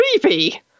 creepy